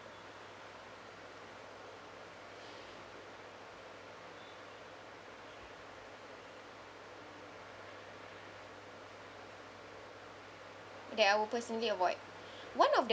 that I would personally avoid one of the